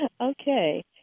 Okay